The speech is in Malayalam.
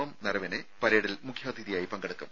എം നരവനെ പരേഡിൽ മുഖ്യാതിഥിയായി പങ്കെടുക്കും